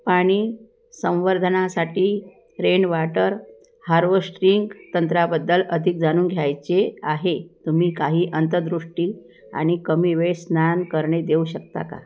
पाणी संवर्धनासाठी rainwater harvesting तंत्राबद्दल अधिक जाणून घ्यायचे आहे तुम्ही काही अंतर्दृष्टी आणि कमी वेळ स्नान करणे देऊ शकता का